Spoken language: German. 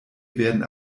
werden